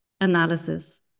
analysis